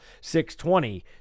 620